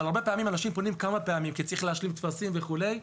הרבה פעמים אנשים פונים כמה פעמים כי צריך להשלים טפסים וכולי.